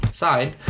side